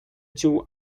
two